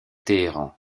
téhéran